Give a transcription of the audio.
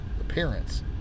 appearance